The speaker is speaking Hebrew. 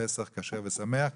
פסח כשר ושמח,